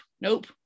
nope